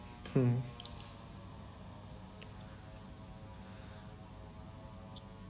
mm